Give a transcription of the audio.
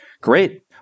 Great